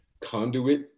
conduit